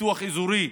לפיתוח אזורי,